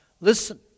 Listen